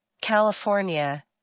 California